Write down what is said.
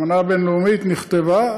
האמנה הבין-לאומית נכתבה.